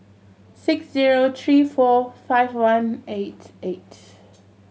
six zero three four five one eight eight